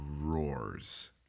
roars